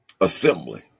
Assembly